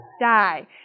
die